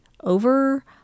over